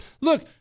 Look